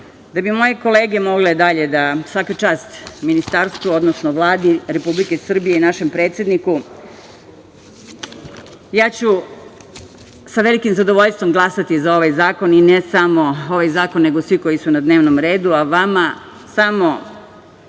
bi moje kolege mogle dalje da, svaka čast ministarstvu, odnosno Vladi Republike Srbije i našem predsedniku, ja ću sa velikim zadovoljstvom glasati za ovaj zakon i ne samo ovaj zakon, nego svi koji su na dnevnom redu, a vama samo,